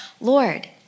Lord